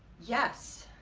yes,